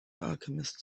alchemist